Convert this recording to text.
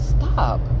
Stop